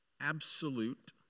absolute